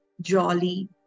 jolly